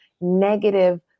negative